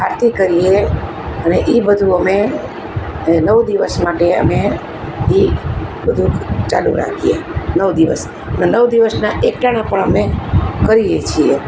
આરતી કરીએ અને એ બધું અમે એ નવ દિવસ માટે અમે એ બધું ચાલું રાખીએ નવ દિવસ ને નવ દિવસનાં એકટાણા પણ અમે કરીએ છીએ